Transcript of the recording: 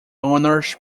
honors